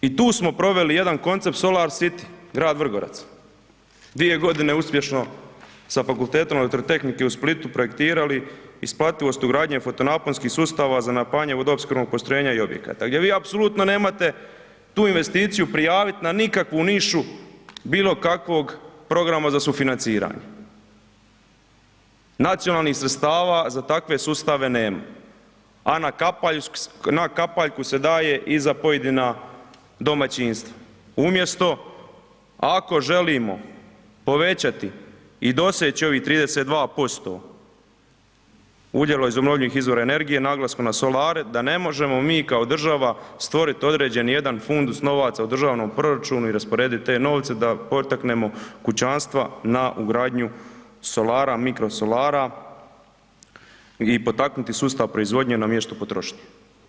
I tu smo proveli jedan koncept „Solar City“, grad Vrgorac, 2.g. uspješno sa Fakultetom elektrotehnike u Splitu projektirali isplativost ugradnje fotonaponskih sustava za napajanje vodoopskrbnog postrojenja i objekata gdje vi apsolutno nemate tu investiciju prijavit na nikakvu nišu bilo kakvog programa za sufinanciranje, nacionalnih sredstava za takve sustave nema, a na kapaljku se daje i za pojedina domaćinstva, umjesto ako želimo povećati i doseći ovih 32% udjela iz obnovljivih izvora energije, naglaskom na solare, da ne možemo mi kao država stvorit određeni jedan fundus novaca u državnom proračunu i rasporedit te novce da potaknemo kućanstva na ugradnju solara, mikrosolara i potaknuti sustav proizvodnje na mjestu potrošnje.